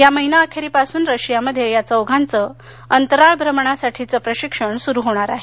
या महिना अखेरीपासून रशियामध्ये या चौघांचं अंतराळ भ्रमणासाठीचं प्रशिक्षण सुरू होणार आहे